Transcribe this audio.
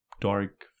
dark